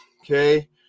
okay